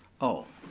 oh.